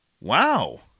Wow